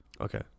Okay